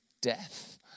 death